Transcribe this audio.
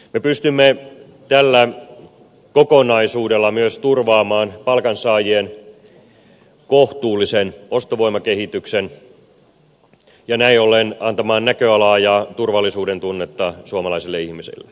me pystymme tällä kokonaisuudella myös turvaamaan palkansaajien kohtuullisen ostovoimakehityksen ja näin ollen antamaan näköalaa ja turvallisuudentunnetta suomalaiselle ihmiselle